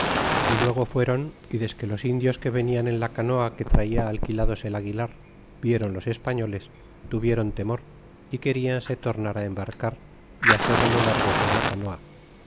y luego fueron y desque los indios que venian en la canoa que traia alquilados el aguilar vieron los españoles tuvieron temor y querianse tornar á embarcar é hacer á lo largo con la canoa